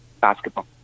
Basketball